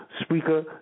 Speaker